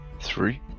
Three